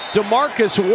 DeMarcus